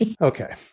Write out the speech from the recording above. Okay